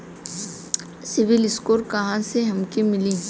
CIBIL score कहाँसे हमके मिली?